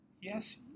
Yes